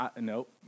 nope